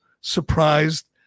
surprised